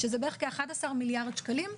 שזה בערך כ-11 מיליארד שקלים,